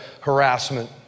harassment